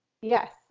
Yes